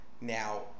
now